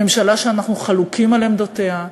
ממשלה שאנחנו חלוקים על עמדותיה,